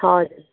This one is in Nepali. हजुर